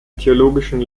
theologischen